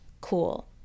cool